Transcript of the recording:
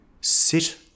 sit